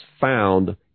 found